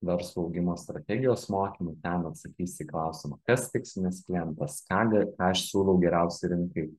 verslo augimo strategijos mokymai ten atsakysi į klausimą kas tikslinis klientas ką ga ką aš siūlau geriausia rinkai